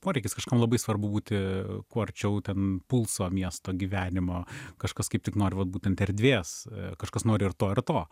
poreikis kažkam labai svarbu būti kuo arčiau ten pulso miesto gyvenimo kažkas kaip tik nori vat būtent erdvės kažkas nori ir to ir to